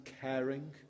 caring